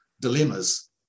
dilemmas